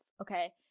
okay